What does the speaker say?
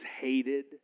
hated